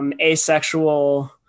asexual